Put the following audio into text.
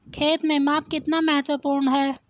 खेत में माप कितना महत्वपूर्ण है?